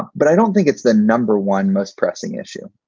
but i don't think it's the number one most pressing issue.